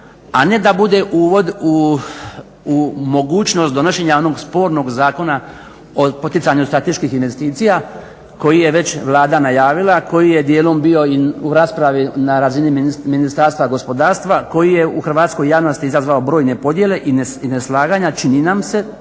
a ne da bude uvod u mogućnost donošenja onog spornog Zakona o poticanju strateških investicija koji je već Vlada najavila, koji je dijelom bio i u raspravi na razini Ministarstva gospodarstva, koji je u hrvatskoj javnosti izazvao brojne podjele i neslaganja. Čini nam se,